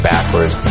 Backwards